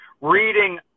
reading